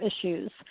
issues